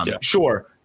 sure